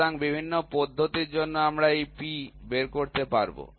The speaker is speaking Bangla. সুতরাং বিভিন্ন পদ্ধতির জন্য আমাদের এই P বের করতে হবে